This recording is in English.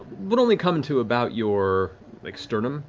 would only come to about your like sternum,